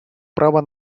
права